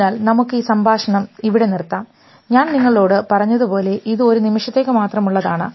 അതിനാൽ നമുക്ക് ഈ സംഭാഷണത്തിൽ ഇവിടെ നിർത്താം ഞാൻ നിങ്ങളോടു പറഞ്ഞതുപോലെ ഇതു ഒരു നിമിഷത്തേക്ക് മാത്രം ഉള്ളതാണ്